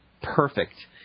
perfect